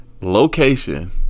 Location